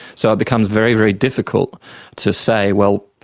so it becomes very, very difficult to say, well,